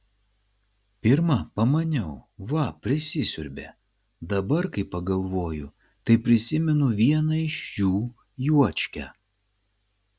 pirma pamaniau va prisisiurbė dabar kai pagalvoju tai prisimenu vieną iš jų juočkę